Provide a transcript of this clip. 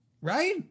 right